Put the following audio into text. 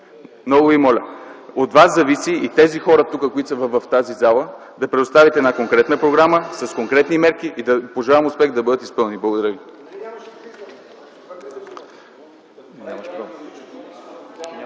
Много Ви моля! От Вас зависи и тези хора, които са тук, в тази зала, да предоставите една конкретна програма, с конкретни мерки и да пожелаем: успех, да бъдат изпълнени! Благодаря ви.